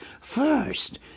first